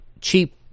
cheap